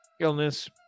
illness